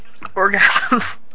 orgasms